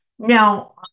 Now